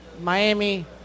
Miami